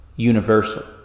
Universal